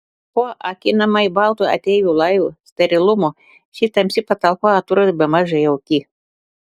po akinamai balto ateivių laivo sterilumo ši tamsi patalpa atrodė bemaž jauki